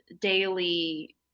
daily